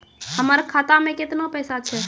हमर खाता मैं केतना पैसा छह?